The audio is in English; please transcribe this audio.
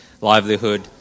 livelihood